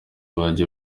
bagiye